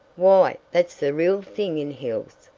why, that's the real thing in hills,